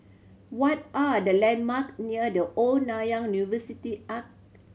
what are the landmark near The Old Nanyang University Arch